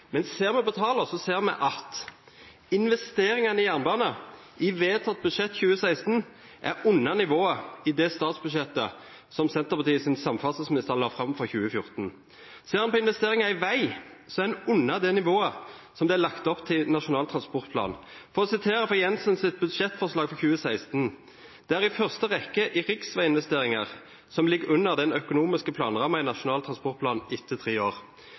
men ser vi på tallene, ser vi at investeringene i jernbane i vedtatt budsjett for 2016 er under nivået i det statsbudsjettet som Senterpartiets samferdselsminister la fram for 2014. Ser vi på investeringer i vei, er en under det nivået som det er lagt opp til i Nasjonal transportplan. For å sitere fra Jensens budsjettforslag for 2016: «Det er i første rekke riksveginvesteringar som ligg under den økonomiske planramma i Nasjonal transportplan etter tre år.»